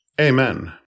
Amen